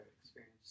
experience